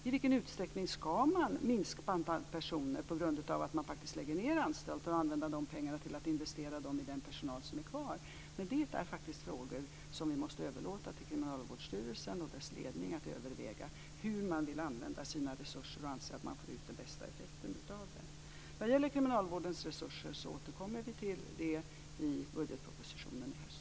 I vilken utsträckning ska man minska antalet personer på grund av att man faktiskt lägger ned anstalter och använda de pengarna till att investera i den personal som är kvar? Det är faktiskt frågor som vi måste överlåta till Kriminalvårdsstyrelsen och dess ledning att överväga. Det gäller hur man vill använda sina resurser och hur man anser man att man får ut den bästa effekten av dem. Vi återkommer till kriminalvårdens resurser i budgetpropositionen i höst.